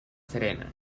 serena